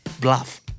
bluff